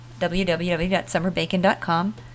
www.summerbacon.com